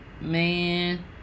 man